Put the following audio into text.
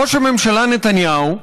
ראש הממשלה נתניהו,